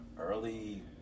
early